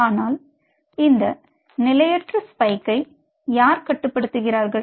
ஆனால் இந்த நிலையற்ற ஸ்பைக்கை யார் கட்டுப்படுத்துகிறார்கள்